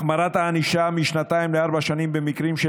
החמרת הענישה משנתיים לארבע שנים במקרים של